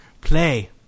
Play